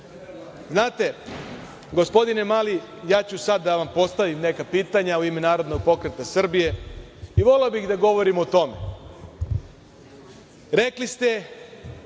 veće. Gospodine Mali, ja ću sad da vam postavim neka pitanja u ime Narodnog pokreta Srbije. Voleo bih da govorim o tome. Rekli ste